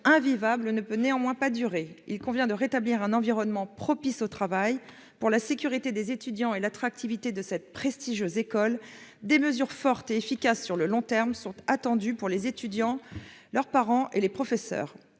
invivable : elle ne peut durer. Il convient de rétablir un environnement propice au travail. Pour la sécurité des étudiants et l'attractivité de cette prestigieuse école, des mesures fortes et efficaces sur le long terme sont attendues, à destination des étudiants, de leurs parents et des professeurs.